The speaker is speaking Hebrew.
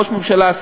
ראש הממשלה,